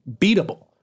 beatable